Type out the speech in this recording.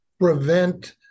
prevent